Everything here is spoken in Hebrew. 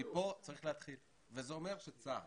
מכאן צריך להתחיל וזה אומר שצה"ל